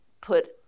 put